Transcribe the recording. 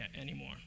anymore